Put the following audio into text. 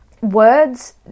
Words